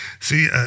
See